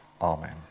Amen